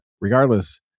regardless